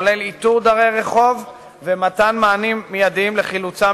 כולל איתור דרי רחוב ומתן מענים מיידיים לחילוצם